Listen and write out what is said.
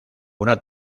una